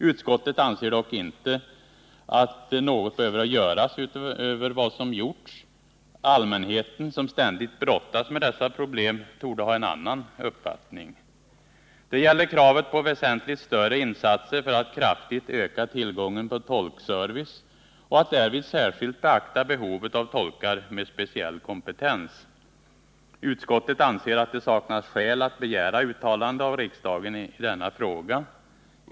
Utskottet anser dock inte att något behöver göras utöver vad som gjorts. Allmänheten, som ständigt brottas med dessa problem, torde ha en annan uppfattning. Det gäller kravet på väsentligt större insatser för att kraftigt öka tillgången på tolkservice och att därvid särskilt beakta behovet av tolkar med speciell kompetens. Utskottet anser att det saknas skäl att begära uttalande av riksdagen i denna fråga.